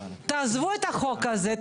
תעזבו את החוק הזה,